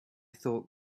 thought